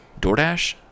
DoorDash